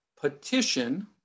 petition